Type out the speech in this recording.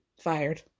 Fired